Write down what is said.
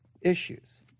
issues